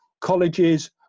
colleges